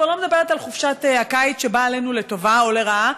כבר לא מדברת על חופשת הקיץ שבאה עלינו לטובה או לרעה,